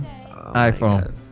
iPhone